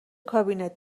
کابینت